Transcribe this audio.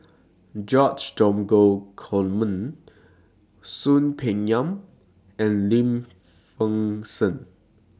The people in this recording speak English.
George Dromgold Coleman Soon Peng Yam and Lim Fei Shen